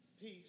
Peace